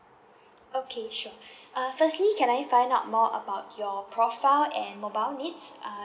okay sure uh firstly can I find out more about your profile and mobile needs uh